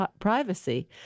privacy